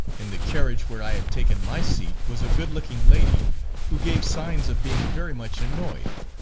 in the carriage where i had taken my seat was a good-looking lady who gave signs of being very much annoyed.